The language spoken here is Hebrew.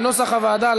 כנוסח הוועדה.